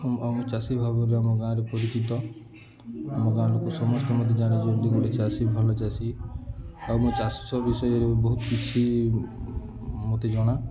ମୁଁ ଆଉ ମୋ ଚାଷୀ ଭାବରେ ଆମ ଗାଁରେ ପରିଚିତ ଆମ ଗାଁ ଲୋକ ସମସ୍ତେ ମେ ଜାଣେ ଯେମିତି ଗୋଟେ ଚାଷୀ ଭଲ ଚାଷୀ ଆଉ ମୋ ଚାଷ ବିଷୟରେ ବହୁତ କିଛି ମତେ ଜଣା